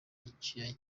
icyuya